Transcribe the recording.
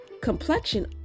complexion